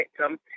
victim